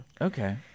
Okay